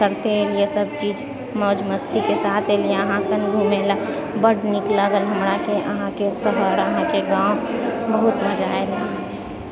करते एलिऐ सबचीज मौज मस्तीके साथ एलिऐ अहाँ घुमैला बड़ नीक लगल हमराके अहाँके शहर अहाँके गाँव बहुत मजा आएल